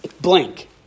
blank